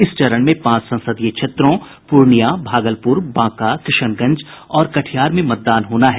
इस चरण में पांच संसदीय क्षेत्रों पूर्णियां भागलपुर बांका किशनगंज और कटिहार में मतदान होना है